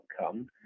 outcome